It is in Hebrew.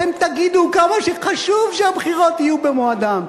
אתם תגידו כמה שחשוב שהבחירות יהיו במועדן.